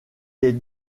est